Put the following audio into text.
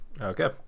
Okay